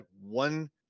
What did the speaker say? one